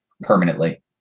permanently